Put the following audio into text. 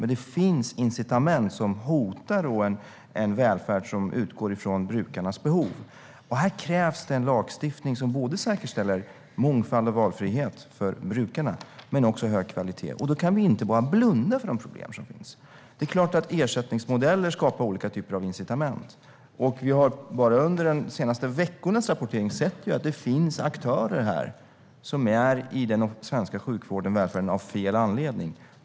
Men det finns incitament som hotar en välfärd som utgår från brukarnas behov. Här krävs det en lagstiftning som säkerställer mångfald och valfrihet för brukarna men också hög kvalitet. Då kan vi inte bara blunda för de problem som finns. Det är klart att ersättningsmodeller skapar olika typer av incitament. Bara under de senaste veckornas rapportering har vi sett att det finns aktörer som är i den svenska sjukvården och välfärden av fel anledning.